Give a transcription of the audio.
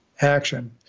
action